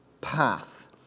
path